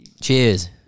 Cheers